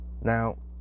Now